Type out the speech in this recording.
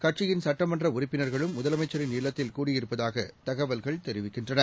கட்சியின் சுட்டமன்றஉறுப்பினர்களும் முதலனமச்சரின் இல்லத்தில் கூடியிருப்பதாகதகவல்கள் கூறுகின்றன